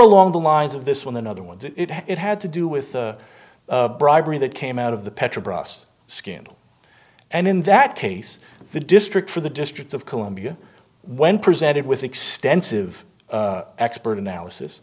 along the lines of this with another one it had to do with bribery that came out of the petrobras scandal and in that case the district for the district of columbia when presented with extensive expert analysis